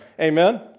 Amen